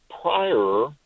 prior